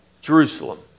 Jerusalem